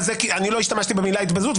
לא השתמשתי במילה התבזות.